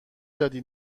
دادی